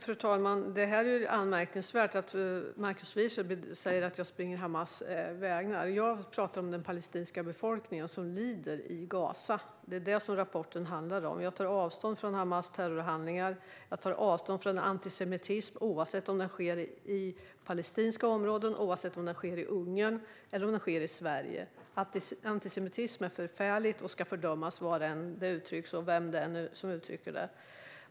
Fru talman! Det är anmärkningsvärt att Markus Wiechel säger att jag agerar å Hamas vägnar. Jag talar om den palestinska befolkningen som lider i Gaza. Det är det som rapporten handlar om. Jag tar avstånd från Hamas terrorhandlingar, och jag tar avstånd från antisemitism oavsett om den sker i palestinska områden, i Ungern eller i Sverige. Antisemitism är förfärlig och ska fördömas var den än uttrycks och vem som än uttrycker den.